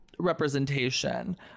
representation